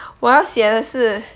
我要写的是